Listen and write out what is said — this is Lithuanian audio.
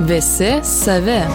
visi savi